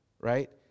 right